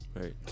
right